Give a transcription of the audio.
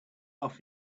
off